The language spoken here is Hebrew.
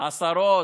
עשרות?